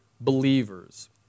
believers